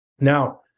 Now